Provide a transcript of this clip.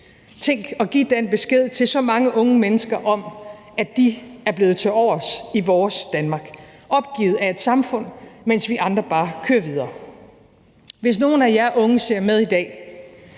Tænk at give den besked til så mange unge mennesker om, at de er blevet tilovers i vores Danmark, opgivet af et samfund, mens vi andre bare kører videre. Hvis nogen af jer unge ser med i dag,